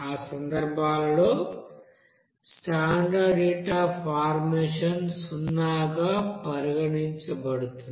ఆ సందర్భాలలో standard heat of formation సున్నాగా పరిగణించబడుతుంది